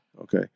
okay